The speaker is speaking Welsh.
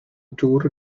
dŵr